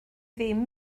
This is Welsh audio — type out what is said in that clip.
ddim